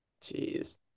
Jeez